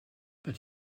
but